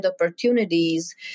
opportunities